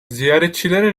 ziyaretçilere